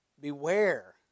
Beware